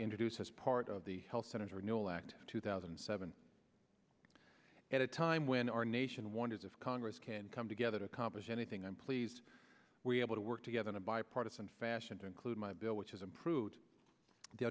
introduced as part of the health senator renewal act of two thousand and seven at a time when our nation wonders of congress can come together to accomplish anything and please we able to work together in a bipartisan fashion to include my bill which is improve the